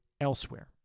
elsewhere